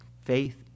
faith